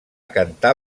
cantar